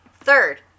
third